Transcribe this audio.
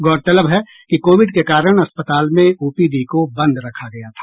गौरतलब है कि कोविड के कारण अस्पताल में ओपीडी को बंद रखा गया था